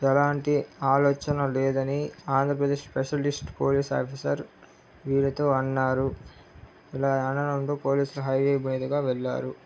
ఎలాంటి ఆలోచన లేదని ఆంధ్రప్రదేశ్ స్పెషలిస్ట్ పోలీస్ ఆఫీసర్ వీళ్ళతో అన్నారు ఇలా అనడంతో పోలీసులు హైవే మీదగా వెళ్ళారు